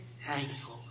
thankful